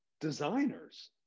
designers